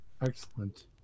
Excellent